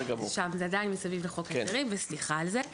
זה עדיין מסביב לחוק ההסדרים, וסליחה על זה.